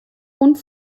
und